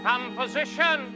Composition